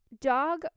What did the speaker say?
dog